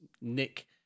Nick